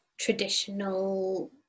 traditional